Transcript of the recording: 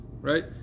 right